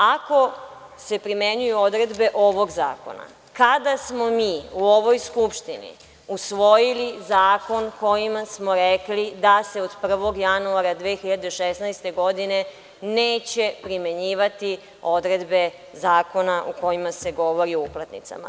Ako se primenjuju odredbe ovog zakona, kada smo mi u ovoj Skupštini usvojili zakon kojim smo rekli da se od 1. januara 2016. godine neće primenjivati odredbe zakona o kojima se govori o uplatnicama?